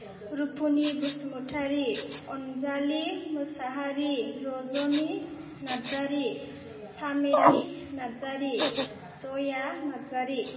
Rupuni Basumatary Anjali Mosahary Rajani Narzary Sameli Narzary Jaya Narzary